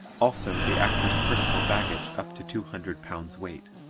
also the actor's personal baggage up to two hundred pounds weight.